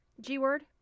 G-word